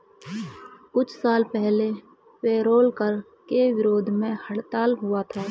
कुछ साल पहले पेरोल कर के विरोध में हड़ताल हुआ था